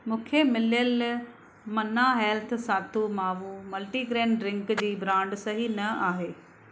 मूंखे मिलियल मन्ना हेल्थ सथू मावु मल्टीग्रैन ड्रिंक जी ब्रांड सही न आहे